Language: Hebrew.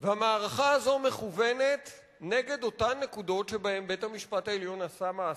והמערכה הזאת מכוונת נגד אותן נקודות שבהן בית-המשפט העליון עשה מעשה,